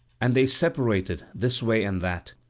and they separated this way and that,